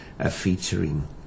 Featuring